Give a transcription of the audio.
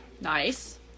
Nice